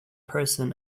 person